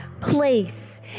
place